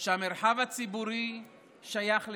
שהמרחב הציבורי שייך לכולם,